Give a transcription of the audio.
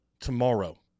tomorrow